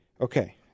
Okay